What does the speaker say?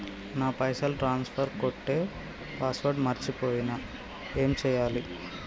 నా పైసల్ ట్రాన్స్ఫర్ కొట్టే పాస్వర్డ్ మర్చిపోయిన ఏం చేయాలి?